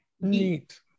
neat